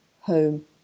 home